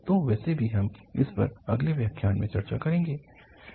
तो वैसे भी हम इस पर अगले व्याख्यान में चर्चा करेंगे